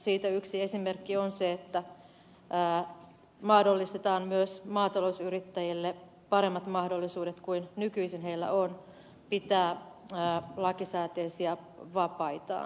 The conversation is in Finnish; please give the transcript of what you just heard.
siitä yksi esimerkki on se että mahdollistetaan myös maatalousyrittäjille paremmat mahdollisuudet kuin nykyisin heillä on pitää lakisääteisiä vapaitaan